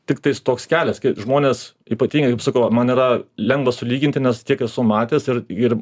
tiktai toks kelias kai žmonės ypatingai kaip sakau man yra lengva sulyginti nes tiek esu matęs ir ir